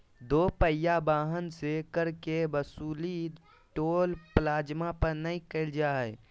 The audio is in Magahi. दो पहिया वाहन से कर के वसूली टोल प्लाजा पर नय कईल जा हइ